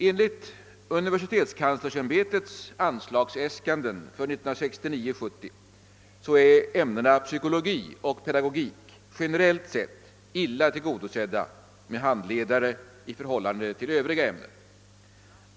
Enligt universitetskanslersämbetets anslagsäskanden för 1969/70 är ämnena psykologi och pedagogik generellt sett illa tillgodosedda med handledare i förhållande till övriga ämnen.